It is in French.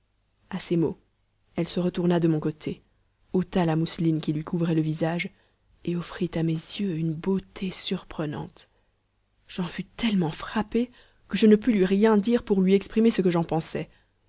à ces mots elle se retourna de mon côté ôta la mousseline qui lui couvrait le visage et offrit à mes yeux une beauté surprenante j'en fus tellement frappé que je ne pus lui rien dire pour lui exprimer ce que j'en pensais